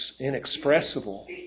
inexpressible